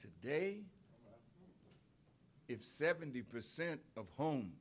today if seventy percent of home